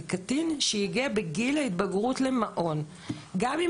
זה קטין שהגיע בגיל ההתבגרות למעון גם,